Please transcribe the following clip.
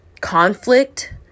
conflict